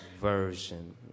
Version